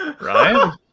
Right